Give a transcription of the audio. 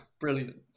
Brilliant